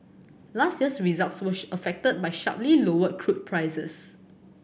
last year's results were affected by sharply lower crude prices